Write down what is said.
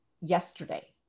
yesterday